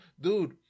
dude